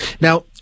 Now